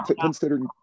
considering